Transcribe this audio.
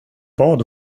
bad